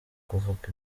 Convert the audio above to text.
kuvuga